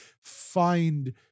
find